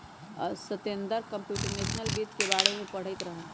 Satender computational वित्त के बारे में पढ़ईत रहन